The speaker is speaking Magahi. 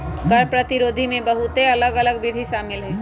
कर प्रतिरोध में बहुते अलग अल्लग विधि शामिल हइ